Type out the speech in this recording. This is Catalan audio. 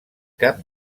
cap